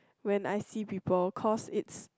when I see people cause it's